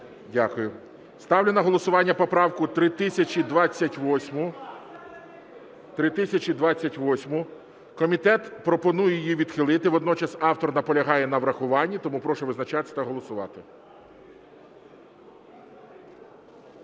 Дякую. Ставлю на голосування поправку 3028. Комітет пропонує її відхилити. Водночас автор наполягає на врахуванні. Тому прошу визначатись та голосувати.